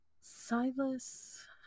silas